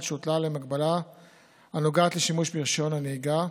שהוטלה עליהם הגבלה הנוגעת לשימוש ברישיון הנהיגה.